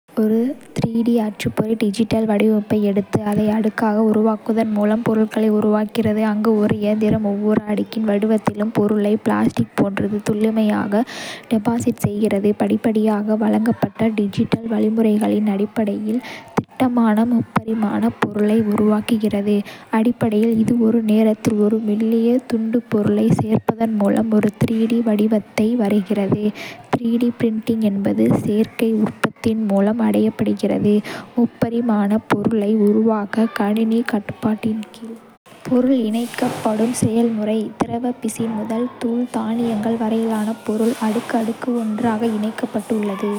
ஒரு அச்சுப்பொறி டிஜிட்டல் வடிவமைப்பை எடுத்து அதை அடுக்காக உருவாக்குவதன் மூலம் பொருட்களை உருவாக்குகிறது, அங்கு ஒரு இயந்திரம் ஒவ்வொரு அடுக்கின் வடிவத்திலும் பொருளை பிளாஸ்டிக் போன்றது துல்லியமாக டெபாசிட் செய்கிறது, படிப்படியாக வழங்கப்பட்ட டிஜிட்டல் வழிமுறைகளின் அடிப்படையில் திடமான, முப்பரிமாண பொருளை உருவாக்குகிறது; அடிப்படையில். இது ஒரு நேரத்தில் ஒரு மெல்லிய துண்டுப் பொருளைச் சேர்ப்பதன் மூலம் ஒரு 3D வடிவத்தை "வரைகிறது. பிரிண்டிங் என்பது சேர்க்கை உற்பத்தி மூலம் அடையப்படுகிறது முப்பரிமாண பொருளை உருவாக்க கணினி கட்டுப்பாட்டின் கீழ் பொருள் இணைக்கப்படும் செயல்முறை. திரவ பிசின் முதல் தூள் தானியங்கள் வரையிலான பொருள், அடுக்கு அடுக்கு ஒன்றாக இணைக்கப்பட்டுள்ளது.